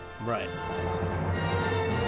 Right